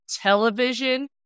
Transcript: television